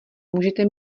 můžete